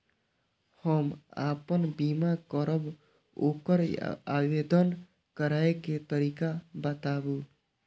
हम आपन बीमा करब ओकर आवेदन करै के तरीका बताबु?